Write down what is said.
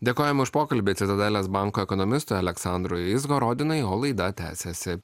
dėkojame už pokalbį citadelės banko ekonomistui aleksandrui izgorodinui o laida tęsiasi